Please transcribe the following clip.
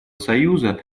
союза